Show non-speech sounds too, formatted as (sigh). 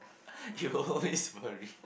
(laughs) you always worry